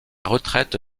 retraite